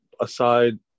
aside